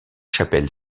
chapelle